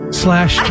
slash